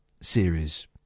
series